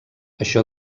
això